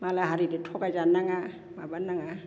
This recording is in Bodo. मालाय हारिदो थगायजानाङा माबानो नाङा